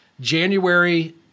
January